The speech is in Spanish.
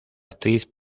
actriz